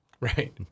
Right